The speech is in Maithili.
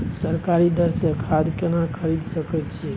सरकारी दर से खाद केना खरीद सकै छिये?